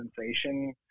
sensation